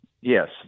yes